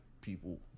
people